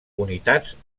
unitats